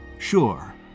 Sure